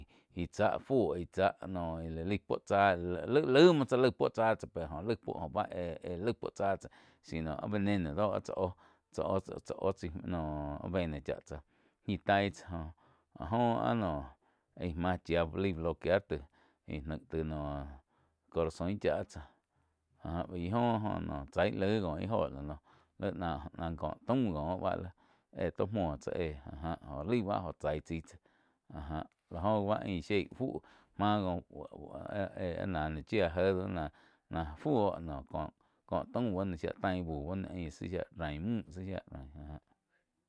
Ih tsá fuo, ih tsáh no lai cuo tsá, laig lai muog tsáh laih puo tsáh pe joh laig joh báh éh-éh laig puo tsá tsáh si noh áh veneno do ág tsá oh tsá oh-tsá oh chai noh vena cháh tsáh ñi taig tsáh joh, áh jo áh noh ai máh chía lai bloquear taíh aih naig tái noh corazoin cha tsáh áh ja baih joh noh chaig laih có ih óho la noh laig na-na có taum ngoh báh éh tó muoh tsáh éh áh jág joh laí báh joh chái tsai tsáh áh ja la joh bán ain shieí fu máh oh, éh áh nah noh chía jéh do áh náh. Náh fúo joh co taum báh shía tain buh bá noh ain tsi shía tain müh tsi shia tain ah ja.